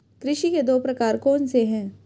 कृषि के दो प्रकार कौन से हैं?